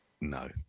no